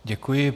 Děkuji.